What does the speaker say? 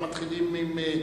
חבר הכנסת נפאע.